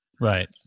Right